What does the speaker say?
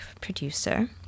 producer